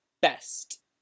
best